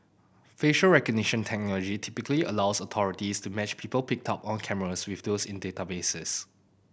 facial recognition technology typically allows authorities to match people picked up on cameras with those in databases